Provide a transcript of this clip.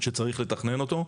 שצריך לתכנן אותו.